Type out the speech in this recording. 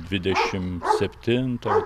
dvidešim septinto